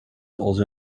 also